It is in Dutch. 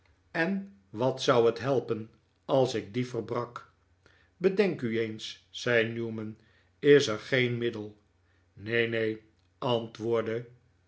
en wat zou het helpen als ik die verbrak bedenk u eens zei newman is er geen middel neen neen antwoordde